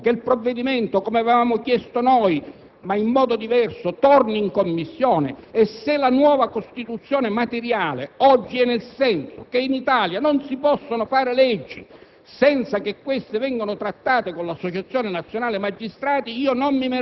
che sta avvenendo: chieda che venga sospesa questa discussione e che il provvedimento (come avevamo richiesto noi, ma in modo diverso) torni in Commissione. E se la nuova Costituzione materiale va intesa nel senso che in Italia non si possono fare leggi